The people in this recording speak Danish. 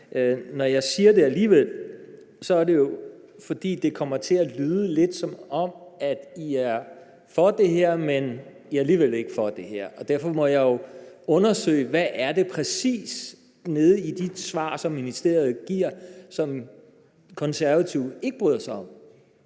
Når jeg siger det alligevel, er det jo, fordi det kommer til at lyde lidt, som om I er for det her, men I er alligevel ikke for det her. Derfor må jeg jo undersøge, hvad det præcis er nede i de svar, som ministeriet giver, som konservative ikke bryder sig om.